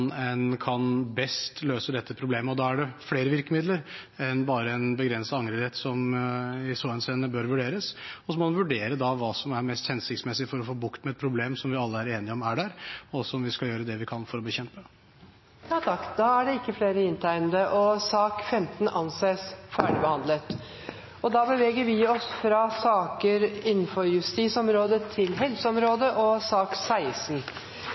en best kan løse dette problemet. Da er det flere virkemidler enn bare en begrenset angrerett som i så henseende bør vurderes. Og så må man vurdere hva som er mest hensiktsmessig for å få bukt med et problem som vi alle er enige om at er der, og som vi skal gjøre det vi kan for å bekjempe. Flere har ikke bedt om ordet til sak nr. 15. Etter ønske fra helse- og omsorgskomiteen vil presidenten foreslå at taletiden blir begrenset til 5 minutter til hver partigruppe og